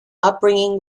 upbringing